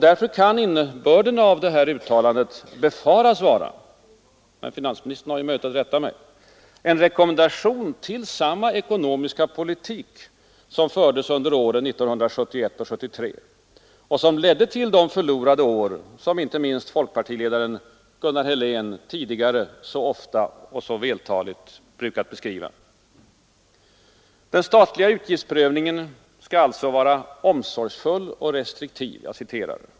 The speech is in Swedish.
Därför kan innebörden av detta uttalande befaras vara — men finansministern har ju möjlighet att rätta mig — en rekommendation om samma ekonomiska politik som fördes under åren 1971—1973 och som ledde till de ”förlorade år” som inte minst folkpartiledaren Gunnar Helén tidigare så ofta och så vältaligt beskrivit. Den statliga utgiftsprövningen skall vidare vara ” omsorgsfull och restriktiv”.